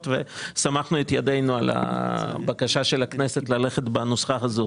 וסמכנו את ידינו על הבקשה של הכנסת ללכת בנוסחה הזאת.